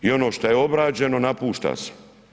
I ono što je obrađeno napušta se.